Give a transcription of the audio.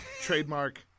Trademark